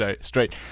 straight